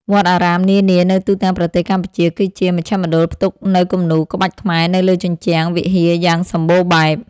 វត្តអារាមនានានៅទូទាំងប្រទេសកម្ពុជា គឺជាមជ្ឈមណ្ឌលផ្ទុកនូវគំនូរក្បាច់ខ្មែរនៅលើជញ្ជាំងវិហារយ៉ាងសំបូរបែប។